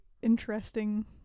interesting